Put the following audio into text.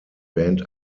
band